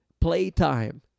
playtime